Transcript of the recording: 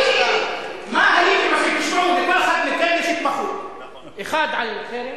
הוא העדיף לא לענות, מה קרה?